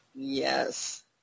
yes